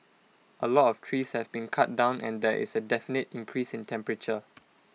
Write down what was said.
A lot of trees have been cut down and there is A definite increase in temperature